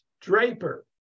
Draper